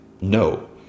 No